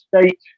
State